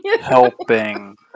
helping